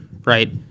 right